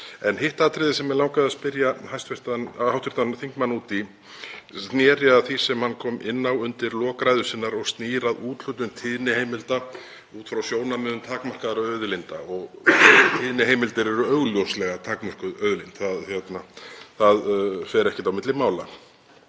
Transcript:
En hitt atriðið sem mig langaði að spyrja hv. þingmann út í sneri að því sem hann kom inn á undir lok ræðu sinnar, þ.e. úthlutun tíðniheimilda út frá sjónarmiðum takmarkaðra auðlinda. Tíðniheimildir eru augljóslega takmörkuð auðlind. Það fer ekkert á milli mála.